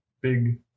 big